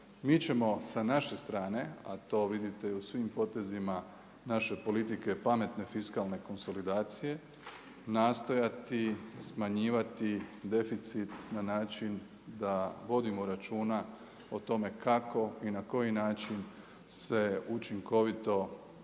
Mi ćemo sa naše strane, a to vidite u svim potezima, naše politike, pametne fiskalne konsolidacije, nastojati, smanjivati deficit, na način da vodimo računa o tome kako, na koji način se učinkovito